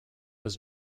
was